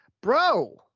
bro